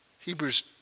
Hebrews